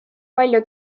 palju